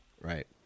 Right